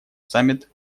саммит